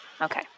okay